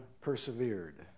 persevered